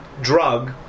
drug